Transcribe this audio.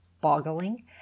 boggling